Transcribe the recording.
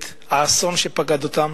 את האסון שפקד אותם.